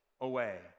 away